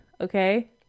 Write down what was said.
okay